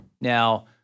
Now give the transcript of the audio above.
Now